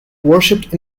worshipped